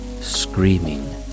screaming